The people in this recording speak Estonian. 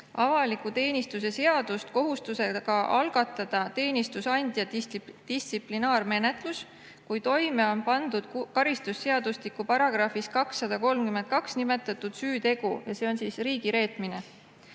avaliku teenistuse seadust kohustusega algatada teenistusandja distsiplinaarmenetlus, kui toime on pandud karistusseadustiku §-s 232 nimetatud süütegu ehk riigireetmine.